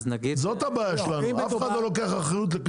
זו הבעיה שלנו, אף אחד לא לוקח אחריות.